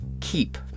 keep